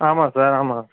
ஆமாம் சார் ஆமாம்